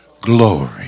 glory